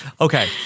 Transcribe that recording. Okay